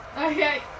Okay